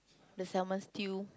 the salmon stew